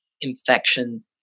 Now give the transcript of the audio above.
infection